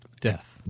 death